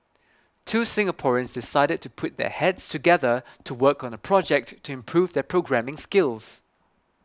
two Singaporeans decided to put their heads together to work on a project to improve their programming skills